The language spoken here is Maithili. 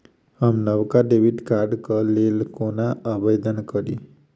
हम नवका डेबिट कार्डक लेल कोना आवेदन करी?